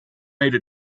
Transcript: made